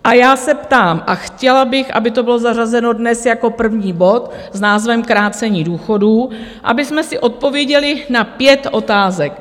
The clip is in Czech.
A já se ptám a chtěla bych, aby to bylo zařazeno dnes jako první bod s názvem Krácení důchodů abychom si odpověděli na pět otázek.